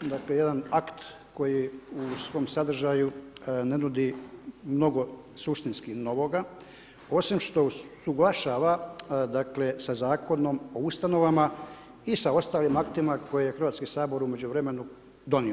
dakle jedan akt koji u svom sadržaju ne nudi mnogo suštinski novoga osim usuglašava dakle, sa Zakonom o ustanovama i ostalim aktima koje je Hrvatski sabor u međuvremenu donio.